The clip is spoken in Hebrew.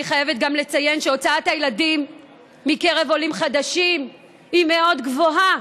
אני חייבת גם לציין שהוצאת הילדים מקרב עולים חדשים היא מאוד גבוהה,